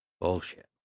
Bullshit